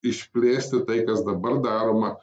išplėsti tai kas dabar daroma